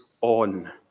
on